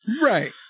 Right